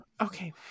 okay